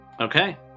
Okay